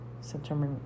September